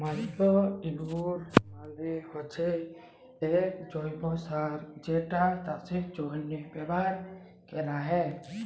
ম্যালইউর মালে হচ্যে এক জৈব্য সার যেটা চাষের জন্হে ব্যবহার ক্যরা হ্যয়